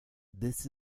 this